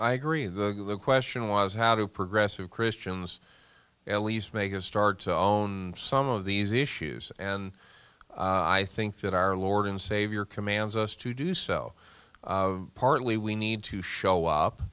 i agree the question was how do progressive christians at least make it starts own some of these issues and i think that our lord and savior commands us to do so partly we need to show up